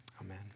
amen